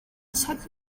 check